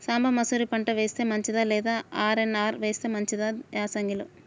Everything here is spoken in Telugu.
సాంబ మషూరి పంట వేస్తే మంచిదా లేదా ఆర్.ఎన్.ఆర్ వేస్తే మంచిదా యాసంగి లో?